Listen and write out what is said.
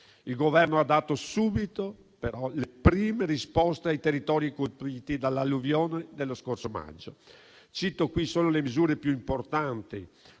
Il Governo ha dato subito però le prime risposte ai territori colpiti dall'alluvione dello scorso maggio. Cito qui solo le misure più importanti